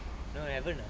no haven't ah